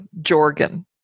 Jorgen